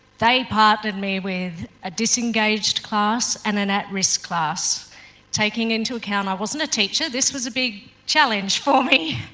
they partnered me with a disengaged class and an at risk class taking into account i wasn't a teacher, this was a big challenge for me